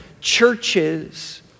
churches